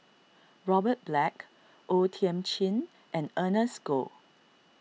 Robert Black O Thiam Chin and Ernest Goh